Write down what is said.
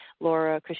Laura